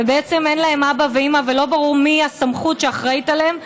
ובעצם אין להם אבא ואימא ולא ברור מי הסמכות שאחראית עליהם.